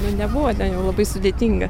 nu nebuvo ten jau labai sudėtinga